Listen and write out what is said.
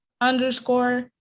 underscore